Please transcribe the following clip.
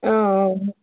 অঁ অঁ